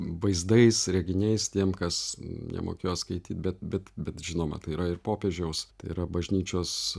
vaizdais reginiais tiem kas nemokėjo skaityt bet bet bet žinoma tai yra ir popiežiaus tai yra bažnyčios